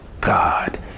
God